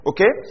Okay